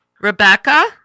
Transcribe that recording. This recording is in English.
Rebecca